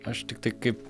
aš tiktai kaip